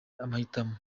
amahitamo